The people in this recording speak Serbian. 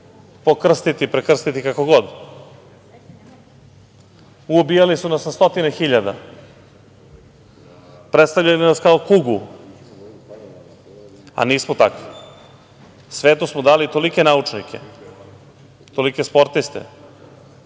pokrstiti, prekrstiti, kako god. Ubijali su nas na stotine hiljada, predstavljali nas kao kugu, a nismo takvi. Svetu smo dali tolike naučnike, tolike sportiste,